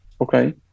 okay